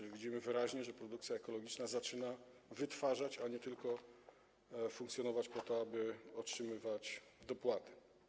Widzimy wyraźnie, że produkcja ekologiczna zaczyna wytwarzać, a nie funkcjonować tylko po to, żeby otrzymywać dopłaty.